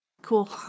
Cool